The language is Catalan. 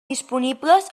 disponibles